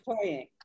playing